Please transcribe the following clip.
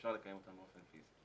אפשר לקיים אותן באופן פיסי.